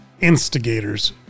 instigators